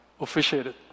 officiated